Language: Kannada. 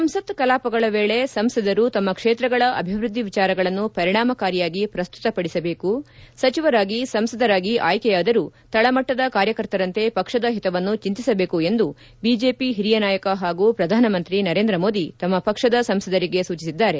ಸಂಸತ್ ಕಲಾಪಗಳ ವೇಳೆ ಸಂಸದರು ತಮ್ಮ ಕ್ಷೇತ್ರಗಳ ಅಭಿವೃದ್ಧಿ ವಿಚಾರಗಳನ್ನು ಪರಿಣಾಮಕಾರಿಯಾಗಿ ಪ್ರಸ್ತುತಪಡಿಸಬೇಕು ಸಚಿವರಾಗಿ ಸಂಸದರಾಗಿ ಆಯ್ಕೆಯಾದರೂ ತಳಮಟ್ಟದ ಕಾರ್ಯಕರ್ತರಂತೆ ಪಕ್ಷದ ಹಿತವನ್ನು ಚಿಂತಿಸಬೇಕು ಎಂದು ಬಿಜೆಪಿ ಹಿರಿಯ ನಾಯಕ ಹಾಗೂ ಪ್ರಧಾನಮಂತ್ರಿ ನರೇಂದ್ರ ಮೋದಿ ತಮ್ಮ ಪಕ್ಷದ ಸಂಸದರಿಗೆ ಸೂಚಿಸಿದ್ದಾರೆ